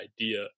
idea